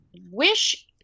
wish